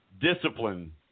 discipline